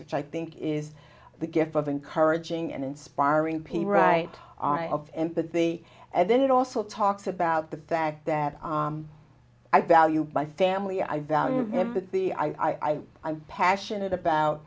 which i think is the gift of encouraging and inspiring people right of empathy and then it also talks about the fact that i value my family i value empathy i i'm passionate about